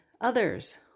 others